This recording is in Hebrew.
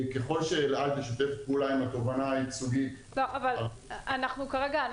ככל שאל-על תשתף פעולה עם התובענה הייצוגית -- אבל כרגע אנחנו,